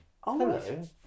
Hello